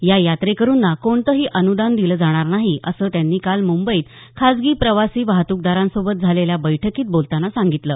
या याट्रेकरूंना कोणतही अनुदान दिलं जाणार नाही असं त्यांनी काल मुंबईत खाजगी प्रवासी वाहतूकदारांसोबत झालेल्या बैठकीत बोलतांना सांगितलं